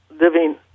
living